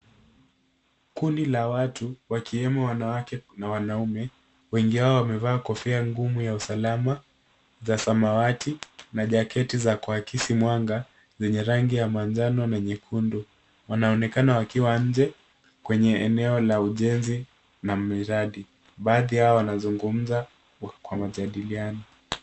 Kundi la watu wakiwemo wanawake na wanaume wengi wao wamevaa kofia ngumu za usalama za samawati na jaketi za kuaisi mwanga zenue rangi ya manjano na nyekundu wanaoekana wakiwa nje kwenye eneo la ujenzi na miradi. Baadhi yao wanazungumza na kujadiliana.